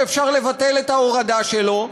שאפשר לבטל את ההורדה שלו,